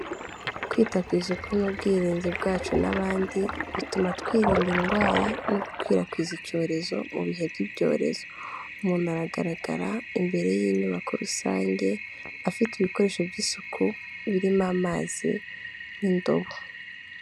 Kwita ku isuku n'ubwirinzi bwacu n'abandi, bituma twirinda indwara no gukwirakwiza icyorezo mu bihe by'ibyorezo. Umuntu aragaragara imbere y'inyubako rusange, afite ibikoresho by'isuku, birimo amazi n'indobo.